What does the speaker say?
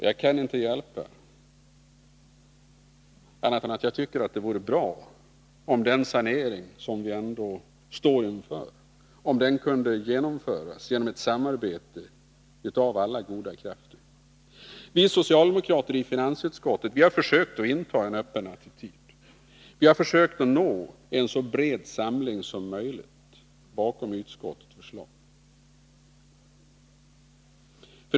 Jag kan inte hjälpa att jag tycker att det vore bra om den sanering som vi ändå står inför kunde genomföras genom ett samarbete av alla goda krafter. Vi socialdemokrater i finansutskottet har försökt inta en öppen attityd. Vi har försökt att nå en så bred samling som möjligt bakom utskottets förslag.